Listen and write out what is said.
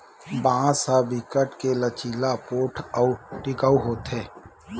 बांस ह बिकट के लचीला, पोठ अउ टिकऊ होथे